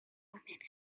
roman